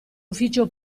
ufficio